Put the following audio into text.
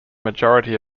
majority